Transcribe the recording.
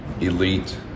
elite